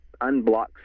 unblocks